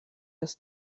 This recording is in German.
das